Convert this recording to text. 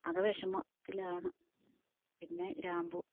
അകെ വിഷമത്തിലാണ് പിന്നെ ഗ്രാമ്പു